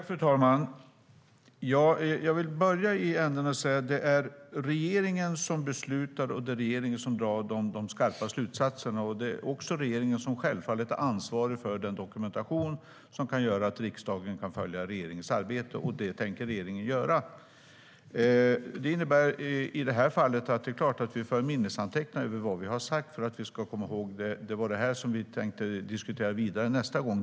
Fru talman! Jag vill börja med att säga att det är regeringen som beslutar, det är regeringen som drar de skarpa slutsatserna och det är självfallet också regeringen som är ansvarig för den dokumentation som kan göra att riksdagen kan följa regeringens arbete. Detta tänker regeringen göra. Det innebär i det här fallet att vi såklart för minnesanteckningar över vad vi har sagt för att vi ska komma ihåg vad vi tänkte diskutera vidare nästa gång.